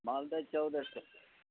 مالدے چودہ سو